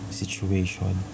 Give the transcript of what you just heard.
situation